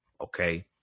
Okay